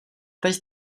teď